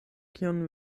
kion